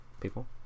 people